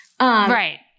Right